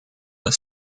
the